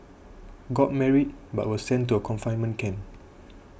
got married but was sent to a confinement camp